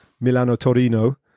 Milano-Torino